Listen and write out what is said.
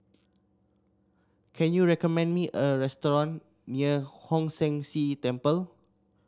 can you recommend me a restaurant near Hong San See Temple